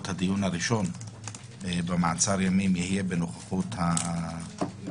הדיון הראשון במעצר ימים יהיה בנוכחות העצור.